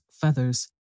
feathers